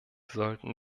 sollten